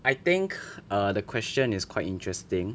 I think err the question is quite interesting